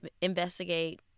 investigate